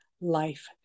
life